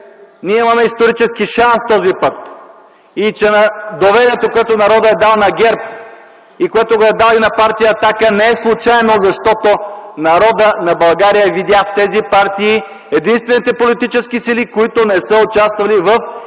ние имаме исторически шанс този път и че доверието, което народът е дал на ГЕРБ и на партия „Атака”, не е случайно, защото народът на България видя в тези партии единствените политически сили, които не са участвали в